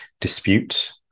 dispute